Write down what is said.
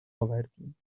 آوردیم